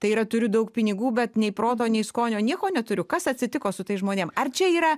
tai yra turiu daug pinigų bet nei proto nei skonio nieko neturiu kas atsitiko su tais žmonėm ar čia yra